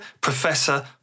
professor